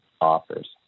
offers